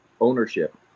ownership